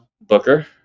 Booker